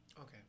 Okay